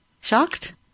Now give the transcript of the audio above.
Shocked